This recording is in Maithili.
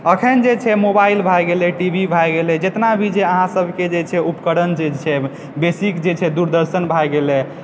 अखन जे छै मोबाइल भए गेलै टी वी भए गेलै जेतना भी जे अहाँ सबके जे छै उपकरण जे छै बेसिक जे छै दूरदर्शन भए गेलै ई